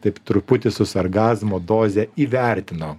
taip truputį su sargazmo doze įvertino